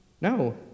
No